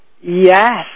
Yes